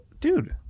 dude